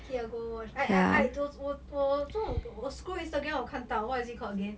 okay I'll go watch I I I those 我我做个我 scroll instagram 我看到 what is it called again